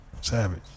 Savage